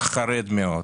חרד מאוד